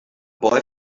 boy